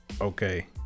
okay